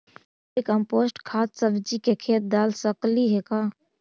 Vermi compost खाद सब्जी के खेत दाल सकली हे का?